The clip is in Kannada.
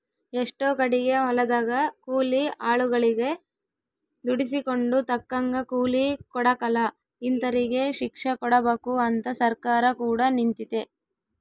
ಎಷ್ಟೊ ಕಡಿಗೆ ಹೊಲದಗ ಕೂಲಿ ಆಳುಗಳಗೆ ದುಡಿಸಿಕೊಂಡು ತಕ್ಕಂಗ ಕೂಲಿ ಕೊಡಕಲ ಇಂತರಿಗೆ ಶಿಕ್ಷೆಕೊಡಬಕು ಅಂತ ಸರ್ಕಾರ ಕೂಡ ನಿಂತಿತೆ